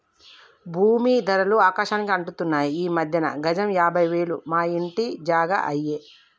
భూమీ ధరలు ఆకాశానికి అంటుతున్నాయి ఈ మధ్యన గజం యాభై వేలు మా ఇంటి జాగా అయ్యే